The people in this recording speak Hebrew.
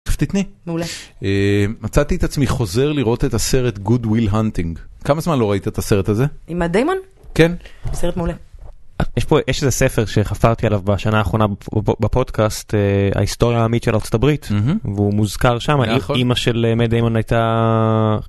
פתיתני? מעולה. מצאתי את עצמי חוזר לראות את הסרט good will hunting כמה זמן לא ראית את הסרט הזה? עם מאט דיימון? כן. סרט מעולה. יש פה, איזה ספר שחפרתי עליו בשנה האחרונה ב.. בפודקאסט אה.. ההיסטוריה העממית של ארה״ב והוא מוזכר שמה איך אמא של מאט דיימון הייתה..